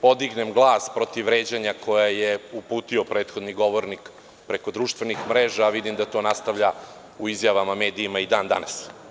podignem glas protiv vređanja koje je uputio prethodni govornik preko društvenih mreža, a vidim da to nastavlja u izjavama medijima i dan-danas.